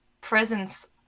presence